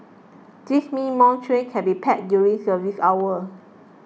this means more trains can be packed during service hours